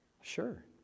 Sure